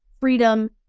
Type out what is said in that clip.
freedom